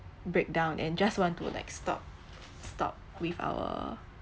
breakdown and just want to like stop stop with our